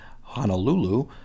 Honolulu